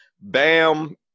Bam